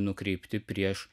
nukreipti prieš